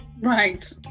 Right